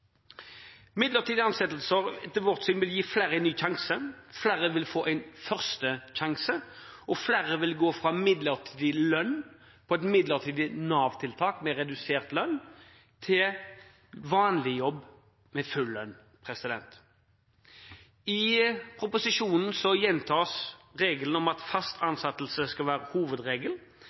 Midlertidige ansettelser vil etter vårt syn gi flere en ny sjanse – flere vil få en første sjanse, og flere vil gå fra midlertidig lønn på et midlertidig Nav-tiltak med redusert lønn til vanlig jobb med full lønn. I proposisjonen gjentas regelen om at fast